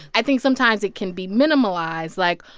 i think, sometimes, it can be minimalized, like,